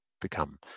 become